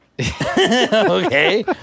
okay